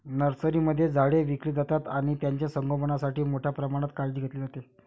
नर्सरीमध्ये झाडे विकली जातात आणि त्यांचे संगोपणासाठी मोठ्या प्रमाणात काळजी घेतली जाते